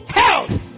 health